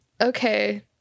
Okay